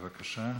לבין עמק רפאים.